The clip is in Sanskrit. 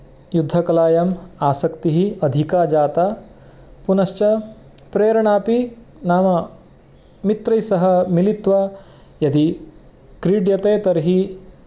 युद्धकलायाम् आसक्तिः अधिका जाता पुनश्च प्रेरणापि नाम मित्रैः सह मिलित्वा यदि क्रिड्यते तर्हि